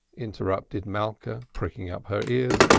interrupted malka, pricking up her ears,